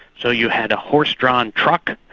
so you had a horse-drawn truck,